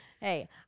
hey